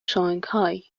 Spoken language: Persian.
شانگهای